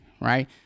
right